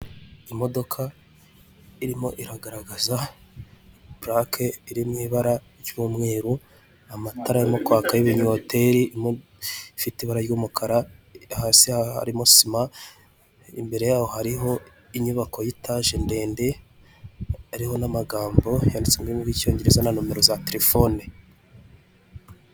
Imodoka irimo iragaragaza purake iri m'ibara ry'umweru, amatara arimo kwaka n'ibinyoteri ifite ibara ry'umukara, hasi harimo sima imbere yaho hariho inyubako y'etaje ndende ariho n'amagambo yanditse m'icyongereza na nomero za tefone.